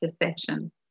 perception